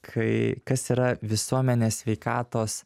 kai kas yra visuomenės sveikatos